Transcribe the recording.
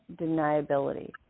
deniability